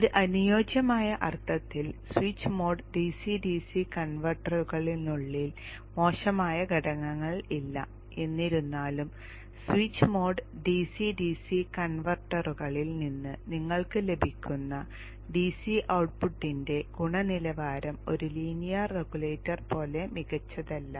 ഒരു അനുയോജ്യമായ അർത്ഥത്തിൽ സ്വിച്ച് മോഡ് DC DC കൺവെർട്ടറിനുള്ളിൽ മോശമായ ഘടകങ്ങൾ ഇല്ല എന്നിരുന്നാലും സ്വിച്ച് മോഡ് DC DC കൺവെർട്ടറുകളിൽ നിന്ന് നിങ്ങൾക്ക് ലഭിക്കുന്ന DC ഔട്ട്പുട്ടിന്റെ ഗുണനിലവാരം ഒരു ലീനിയർ റെഗുലേറ്റർ പോലെ മികച്ചതല്ല